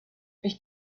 ich